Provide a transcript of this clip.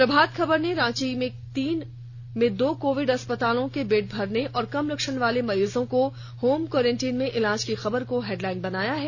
प्रभात खबर ने रांची के तीन में दो कोविड अस्पतालों के बेड भरने और कम लक्षण वाले मरीजों को होम क्वारेंटिन में इलाज की खबर को हेडलाइन बनाया है